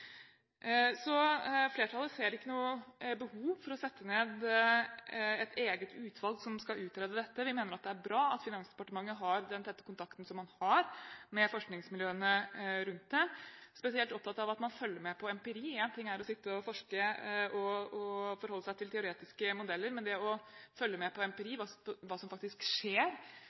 Flertallet ser ikke noe behov for å sette ned et eget utvalg som skal utrede dette. Vi mener at det er bra at Finansdepartementet har den tette kontakten som man har med forskningsmiljøene rundt det. Jeg er spesielt opptatt av at man følger med på empiri. Én ting er å sitte og forske og forholde seg til teoretiske modeller, men det å følge med på empiri og hva som faktisk skjer